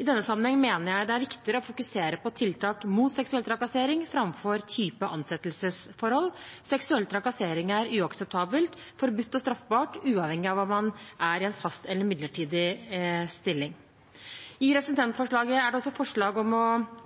I denne sammenheng mener jeg det er viktigere å fokusere på tiltak mot seksuell trakassering framfor på type ansettelsesforhold. Seksuell trakassering er uakseptabelt, forbudt og straffbart, uavhengig av om man er i en fast eller i en midlertidig stilling. I representantforslaget er det også forslag om